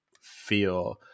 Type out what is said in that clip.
feel